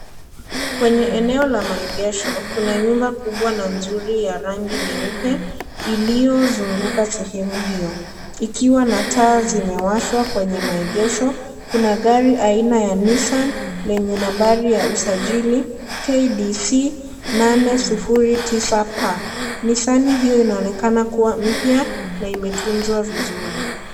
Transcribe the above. Kwenye eneo la maegesho, kuna nyumba kubwa na nzuri ya rangi nyeupe iliyozunguka sehemu hiyo. Ikiwa na taa zimewashwa kwenye maegesho. Kuna gari aina ya Nissan lenye nambari ya usajili KDC 809P. Nisini hiyo inaonekana kuwa mpya na imetunzwa vizuri.